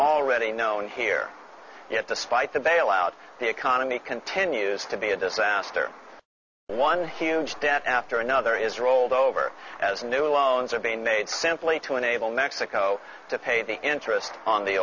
already known here yet despite the bailout the economy continues to be a disaster one debt after another is rolled over as new loans are being made simply to enable mexico to pay the interest on the